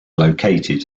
located